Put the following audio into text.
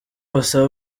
basaba